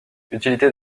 utilité